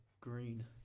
green